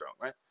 right